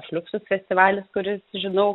fliuksus festivalis kuris žinau